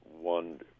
one